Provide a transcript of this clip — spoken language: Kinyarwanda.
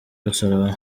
rusororo